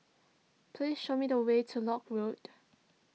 please show me the way to Lock Road